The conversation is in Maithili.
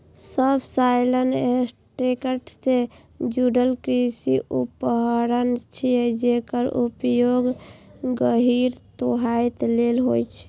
सबसॉइलर टैक्टर सं जुड़ल कृषि उपकरण छियै, जेकर उपयोग गहींर जोताइ लेल होइ छै